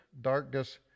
darkness